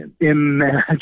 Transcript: imagine